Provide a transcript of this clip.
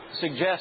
suggest